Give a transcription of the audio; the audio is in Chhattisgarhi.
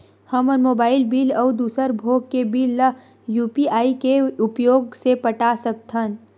हमन मोबाइल बिल अउ दूसर भोग के बिल ला यू.पी.आई के उपयोग से पटा सकथन